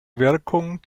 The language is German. wirkung